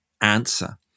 answer